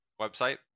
website